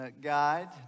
guide